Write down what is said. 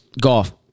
golf